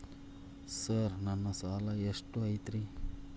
Sir ನನ್ನ ಸಾಲಾ ಎಷ್ಟು ಐತ್ರಿ?